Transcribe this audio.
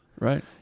Right